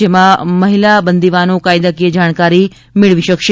જેમાં મહિલા બંદીવાનો કાયદાકીય જાણકારી મેળવી શકશે